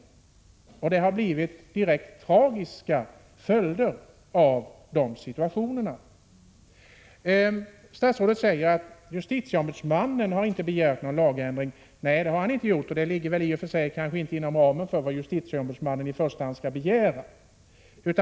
Den situationen har medfört direkt tragiska följder. Statsrådet säger att justitieombudsmannen inte har begärt någon lagändring. Nej, det har han inte gjort, och det ligger i och för sig inte inom ramen för vad han i första hand skall begära.